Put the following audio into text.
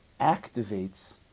activates